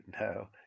No